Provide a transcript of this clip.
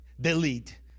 Delete